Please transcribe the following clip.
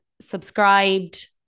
subscribed